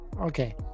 Okay